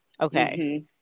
okay